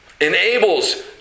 enables